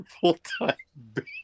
Full-time